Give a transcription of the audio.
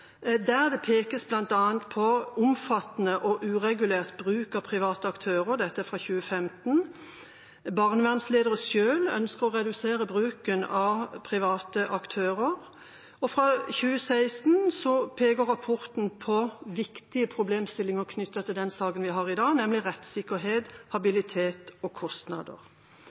der det bl.a. pekes på omfattende og uregulert bruk av private aktører. Dette er fra 2015. Barnevernsledere ønsker selv å redusere bruken av private aktører. Fra 2016 peker rapporten på viktige problemstillinger knyttet til den saken vi behandler i dag, nemlig rettssikkerhet, habilitet og kostnader.